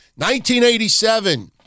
1987